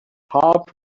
heart